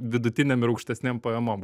vidutinėm ir aukštesnėm pajamom